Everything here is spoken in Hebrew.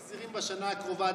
אם מחזירים בשנה הקרובה,